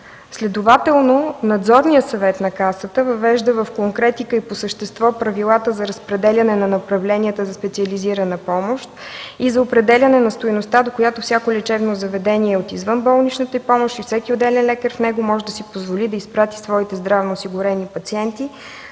Следователно Надзорният съвет на Касата въвежда в конкретика и по същество правилата за разпределяне на направленията за специализирана помощ и за определяне на стойността, до която всяко лечебно заведение от извънболничната помощ и всеки отделен лекар в него може да си позволи да изпрати своите здравноосигурени пациенти